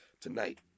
tonight